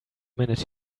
minute